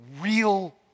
real